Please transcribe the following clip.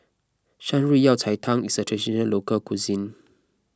Shan Rui Yao Cai Tang is a Traditional Local Cuisine